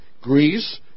Greece